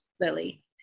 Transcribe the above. Lily